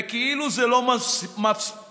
וכאילו זה לא מספיק,